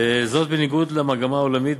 זאת בניגוד למגמה העולמית.